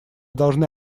должны